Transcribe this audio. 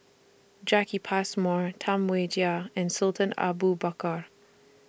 Jacki Passmore Tam Wai Jia and Sultan Abu Bakar